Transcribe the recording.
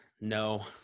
no